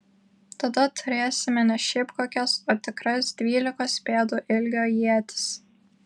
tada turėsime ne šiaip kokias o tikras dvylikos pėdų ilgio ietis